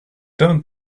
don’t